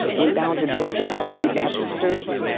went down to dexter avenue baptist church.